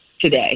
today